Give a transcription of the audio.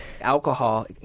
alcohol